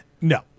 no